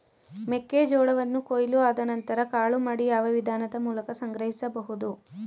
ಮೆಕ್ಕೆ ಜೋಳವನ್ನು ಕೊಯ್ಲು ಆದ ನಂತರ ಕಾಳು ಮಾಡಿ ಯಾವ ವಿಧಾನದ ಮೂಲಕ ಸಂಗ್ರಹಿಸಬಹುದು?